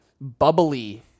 bubbly